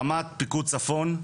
רמ"ד פיקוד צפון,